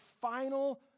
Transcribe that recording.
final